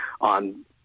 on